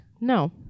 No